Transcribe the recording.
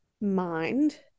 mind